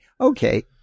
okay